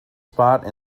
spot